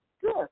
Good